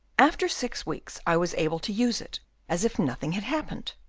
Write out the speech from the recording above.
after six weeks, i was able to use it as if nothing had happened,